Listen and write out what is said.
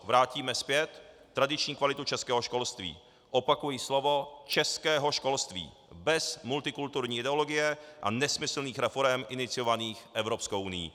Vrátíme zpět tradiční kvalitu českého školství opakuji slovo českého školství bez multikulturní ideologie a nesmyslných reforem iniciovaných Evropskou unií.